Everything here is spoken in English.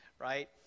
right